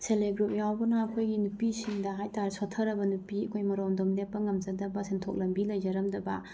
self help group ꯌꯥꯎꯕꯅ ꯑꯩꯈꯣꯏꯒꯤ ꯅꯨꯄꯤꯁꯤꯡꯗ ꯍꯥꯏꯇꯥꯔꯦ ꯁꯣꯠꯊꯔꯕ ꯅꯨꯄꯤ ꯑꯩꯈꯣꯏ ꯃꯔꯣꯝꯗꯣꯝ ꯂꯦꯞꯄ ꯉꯝꯖꯗꯕ ꯁꯦꯟꯊꯣꯛ ꯂꯝꯕꯤ ꯂꯩꯖꯔꯝꯗꯕ